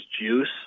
juice